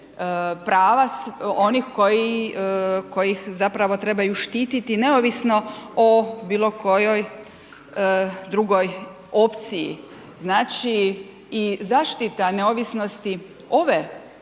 prava onih koji iz zapravo trebaju štiti neovisno o bilo kojoj drugoj opciji. Znači i zaštita neovisnosti ove